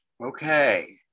Okay